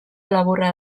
laburra